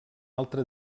altre